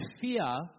fear